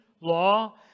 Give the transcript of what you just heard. law